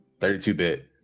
32-bit